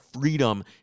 freedom